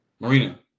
Marina